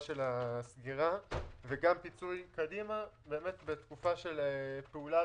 של הסגירה וגם פיצוי קדימה בתקופה של פעולה